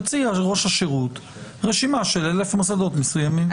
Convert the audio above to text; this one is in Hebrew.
יוציא ראש השירות רשימה של 1,000 מוסדות מסוימים,